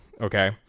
okay